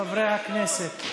חברי הכנסת,